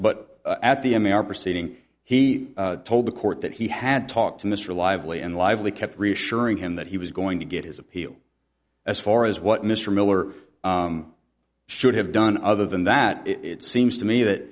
but at the m a r proceeding he told the court that he had talked to mr lively and lively kept reassuring him that he was going to get his appeal as far as what mr miller should have done other than that it seems to me that